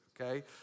okay